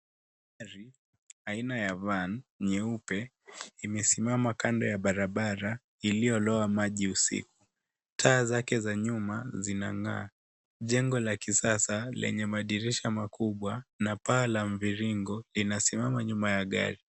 Gari aina ya van nyeupe imesimama kando ya barabara iliyo lowa maji usiku, taa zake za nyuma zina ng'aa jengo la kisasa lenye madirisha makubwa na paa la mviringo lina simama nyuma ya gari.